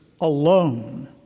alone